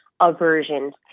aversions